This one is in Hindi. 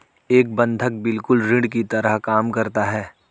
एक बंधक बिल्कुल ऋण की तरह काम करता है